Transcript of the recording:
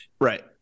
right